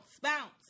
Bounce